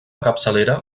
capçalera